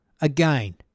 Again